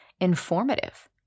informative